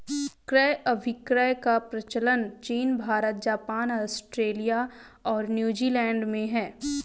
क्रय अभिक्रय का प्रचलन चीन भारत, जापान, आस्ट्रेलिया और न्यूजीलैंड में है